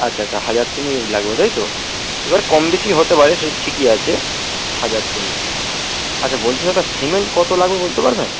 আচ্ছা আচ্ছা হাজার তিনেক ইট লাগবে তাই তো এবার কম বেশি হতে পারে সে ঠিকই আছে হাজার তিনেক আচ্ছা বলছি দাদা সিমেন্ট কতো লাগবে বলতে পারবেন